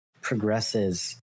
progresses